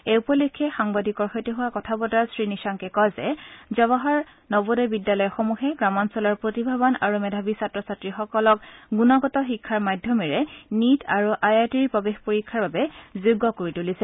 এই উপলক্ষে সাংবাদিকৰ সৈতে হোৱা কথা বতৰাত শ্ৰীনিশাংকে কয় যে জৱাহৰ নবোদয় বিদ্যালয়সমূহে গ্ৰামাঞ্চলৰ প্ৰতিভাবান আৰু মেধাবী ছাত্ৰ ছাত্ৰীসকলক গুণগত শিক্ষাৰ মাধ্যমেৰে নীট আৰু আই আই টিৰ প্ৰবেশ পৰীক্ষাৰ বাবে যোগ্য কৰি তুলিছে